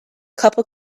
couple